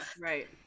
right